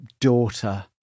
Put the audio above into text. daughter